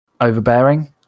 overbearing